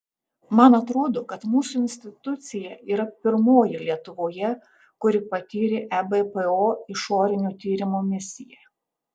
man atrodo kad mūsų institucija yra pirmoji lietuvoje kuri patyrė ebpo išorinio tyrimo misiją